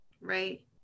Right